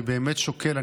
אני באמת שוקל,